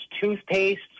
toothpaste